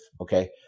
Okay